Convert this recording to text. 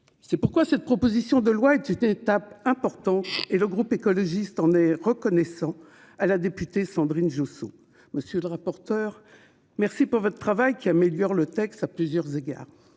C'est pourquoi cette proposition de loi est une étape importante. Le groupe Écologiste-Solidarité et Territoires en est reconnaissant à la députée Sandrine Josso. Monsieur le rapporteur, merci pour votre travail, qui améliore le texte à plusieurs égards.